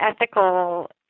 ethical